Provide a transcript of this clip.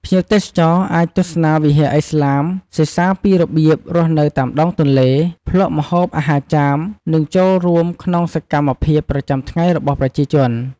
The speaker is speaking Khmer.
ភ្ញៀវទេសចរអាចទស្សនាវិហារឥស្លាម សិក្សាពីរបៀបរស់នៅតាមដងទន្លេ ភ្លក្សម្ហូបអាហារចាម និងចូលរួមក្នុងសកម្មភាពប្រចាំថ្ងៃរបស់ប្រជាជន។